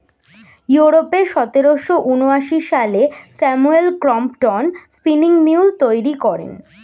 ইউরোপে সতেরোশো ঊনআশি সালে স্যামুয়েল ক্রম্পটন স্পিনিং মিউল তৈরি করেন